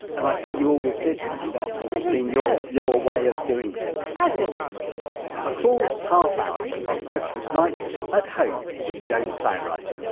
and i think you always did, didn't you, that's always been your your way of doing things i think so a full half hour on christmas night at home with joan plowright.